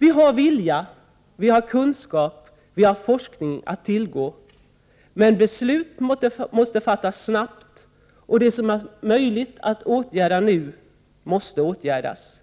Vi har vilja, kunskap och forskning att tillgå, men beslut måste fattas snabbt och det som är möjligt att åtgärda måste åtgärdas